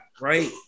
right